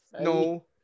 no